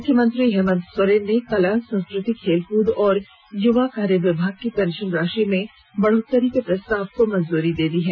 मुख्यमंत्री हेमन्त सोरेन ने कला संस्कृति खेलकृद एवं युवा कार्य विभाग की पेंशन राशि में बढ़ोतरी के प्रस्ताव को मंजूरी दे दी है